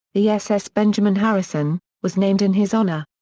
the ss benjamin harrison, was named in his honor.